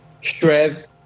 shred